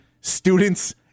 students